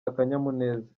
akanyamuneza